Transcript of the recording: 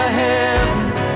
heavens